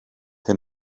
hyn